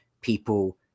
people